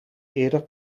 eerder